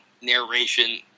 narration